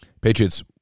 Patriots